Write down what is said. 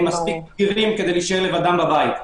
הם מספיק בגירים כדי להישאר לבד בבית.